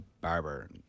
barber